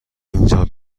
اینجا